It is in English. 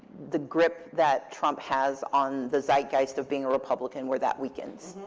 the grip that trump has on the zeitgeist of being a republican, where that weakens.